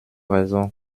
raisons